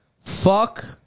Fuck